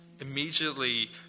immediately